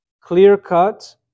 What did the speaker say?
clear-cut